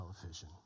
television